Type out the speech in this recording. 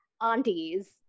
aunties